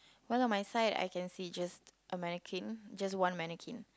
one of my side I can see just a mannequin just one mannequin